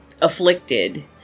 Afflicted